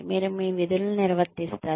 మీరు మీ విధులను నిర్వర్తిస్తారు